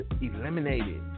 eliminated